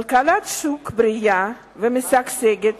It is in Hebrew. כלכלת שוק בריאה ומשגשגת